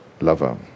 lover